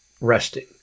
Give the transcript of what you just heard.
resting